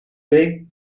big